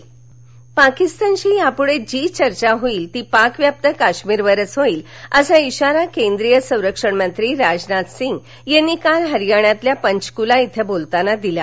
राजनाथ पाकिस्तानशी यापुढे जी चर्चा होईल ती पाक व्याप्त काश्मीरवरच होईल असा इशारा केंद्रीय संरक्षणमंत्री राजनाथ सिंह यांनी काल हरियाणातल्या पंचकुला इथं बोलताना दिला